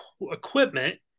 equipment